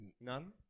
none